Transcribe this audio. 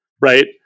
right